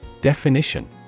Definition